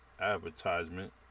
advertisement